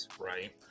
right